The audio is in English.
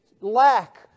lack